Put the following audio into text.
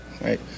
right